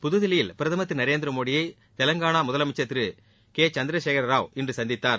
புதுதில்லியில் பிரதமர் திரு நரேந்திர மோடியை தெலங்காளா முதலமைச்சர் திரு கே சந்திர சேகர ராவ் இன்று சந்தித்தார்